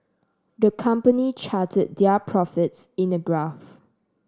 the company charted their profits in a graph